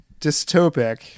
dystopic